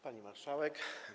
Pani Marszałek!